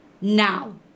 Now